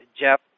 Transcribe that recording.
Jeff